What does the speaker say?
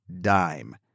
dime